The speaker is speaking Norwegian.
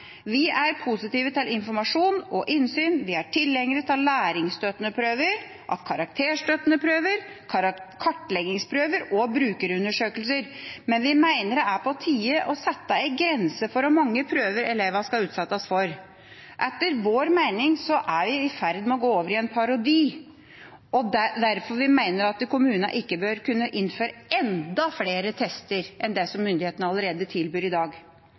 Vi er positive til informasjon og innsyn, vi er tilhengere av læringsstøttende prøver, av karakterstøttende prøver, kartleggingsprøver og brukerundersøkelser, men vi mener det er på tide å sette en grense for hvor mange prøver elevene skal utsettes for. Etter vår mening er det i ferd med å gå over i en parodi, og det er derfor vi mener at kommunene ikke bør kunne innføre enda flere tester enn det som myndighetene allerede tilbyr i dag.